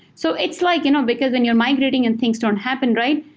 so it's like you know because and you're migrating and things don't happen, right?